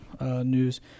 news